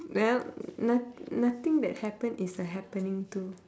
no not~ nothing that happened is a happening too